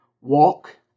Walk